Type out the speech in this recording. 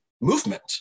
movement